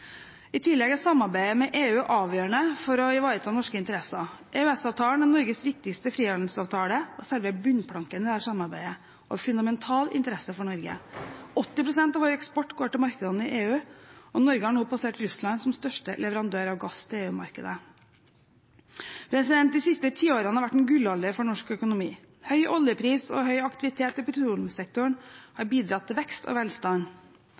I tillegg er samarbeidet med EU avgjørende for å ivareta norske interesser. EØS-avtalen er Norges viktigste frihandelsavtale og selve bunnplanken i dette samarbeidet, og er av fundamental interesse for Norge. 80 pst. av vår eksport går til markedene i EU, og Norge har nå passert Russland som største leverandør av gass til EU-markedet. De siste tiårene har vært en gullalder for norsk økonomi. Høy oljepris og høy aktivitet i petroleumssektoren har bidratt til vekst og velstand.